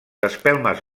espelmes